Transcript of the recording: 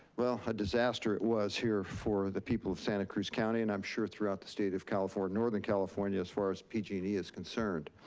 well, what a disaster it was here for the people of santa cruz county, and i'm sure throughout the state of california, northern california, as far as pg and e is concerned.